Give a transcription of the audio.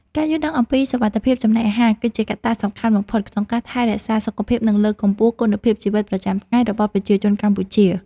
ការយល់ដឹងអំពីសុវត្ថិភាពចំណីអាហារ គឺជាកត្តាសំខាន់បំផុតក្នុងការថែរក្សាសុខភាព និងលើកកម្ពស់គុណភាពជីវិតប្រចាំថ្ងៃរបស់ប្រជាជនកម្ពុជា។